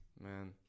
Man